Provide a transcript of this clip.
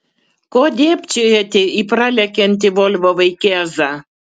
ko dėbčiojate į pralekiantį volvo vaikėzą